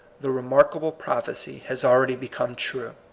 the remarkable prophecy has already become true.